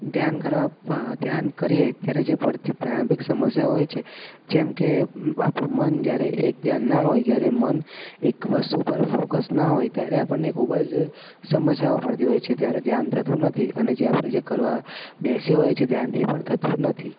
ધ્યાન કરવા ધ્યાન કરીએ ત્યારે જે ફરતી પ્રારંભિક સમસ્યાઓ હોય છે જેમકે આપણું મન જ્યારે એક ધ્યાન ન હોય જ્યારે મન એક વસ્તુ પર ફોકસ ના હોય ત્યારે આપણને ખૂબ જ સમસ્યાઓ પડતી હોય છે ત્યારે ધ્યાન થતું નથી અને જે આપણે જે કરવા બેસ્યા હોય છે ધ્યાન એ પણ થતું નથી